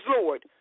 Lord